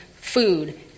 food